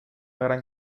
gran